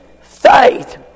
faith